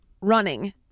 running